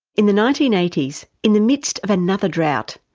in the nineteen eighty s, in the midst of another drought,